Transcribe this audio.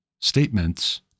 statements